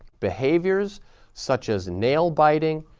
behaviors such as nail biting,